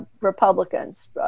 Republicans